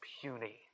puny